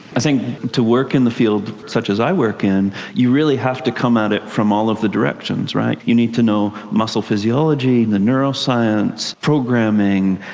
i think to work in the field such as i work in, you really have to come at it from all of the directions, right? you need to know muscle physiology, and neuroscience, programming,